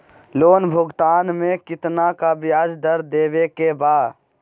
Loan भुगतान में कितना का ब्याज दर देवें के बा?